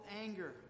anger